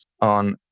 on